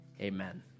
Amen